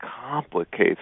complicates